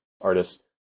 artist